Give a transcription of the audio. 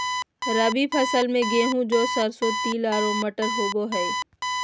रबी फसल में गेहूं, जौ, सरसों, तिल आरो मटर होबा हइ